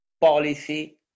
policy